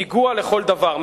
פיגוע לכל דבר,